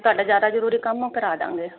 ਤੁਹਾਡਾ ਜਿਆਦਾ ਜਰੂਰੀ ਕੰਮ ਉਹ ਕਰਾ ਦਾਂਗੇ